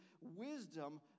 wisdom